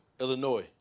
Illinois